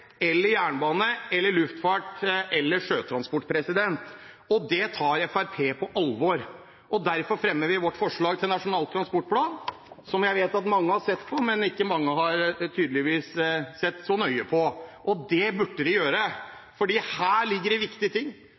jernbane, luftfart eller sjøtransport. Det tar Fremskrittspartiet på alvor, og derfor fremmer vi vårt forslag til Nasjonal transportplan, som jeg vet at mange har sett på, men som mange tydeligvis ikke har sett så nøye på. Det burde de gjøre, for her ligger det viktige ting.